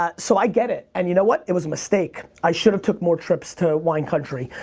um so i get it. and you know what? it was a mistake. i should've took more trips to wine country,